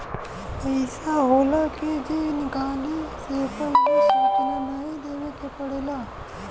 पइसा होला जे के निकाले से पहिले सूचना नाही देवे के पड़ेला